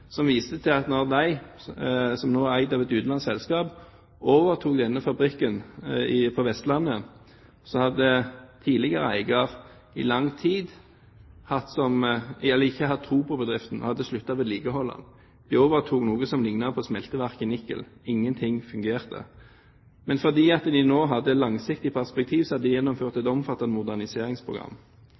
som viste til at når de, som nå er eid av et utenlandsk selskap, overtok denne fabrikken på Vestlandet, hadde tidligere eier over lang tid ikke hatt tro på bedriften og hadde sluttet å vedlikeholde den. De overtok noe som liknet på smelteverket i Nikel – ingenting fungerte. Men fordi de nå hadde et langsiktig perspektiv, hadde de gjennomført et omfattende moderniseringsprogram.